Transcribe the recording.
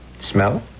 Smell